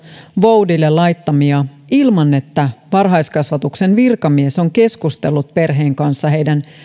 voudille laittamia ilman että varhaiskasvatuksen virkamies on keskustellut perheen kanssa heidän